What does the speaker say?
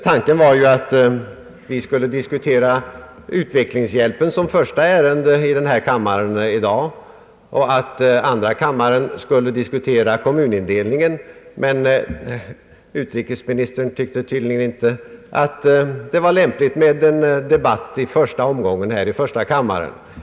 Tanken var att vi skulle diskutera uhjälpen som första ärende i denna kammare i dag och att andra kammaren först skulle diskutera kommunindelningen. Men utrikesministern tyckte tydligen inte att det var lämpligt med en debatt i första kammaren i första omgången.